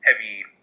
heavy